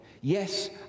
Yes